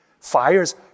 Fires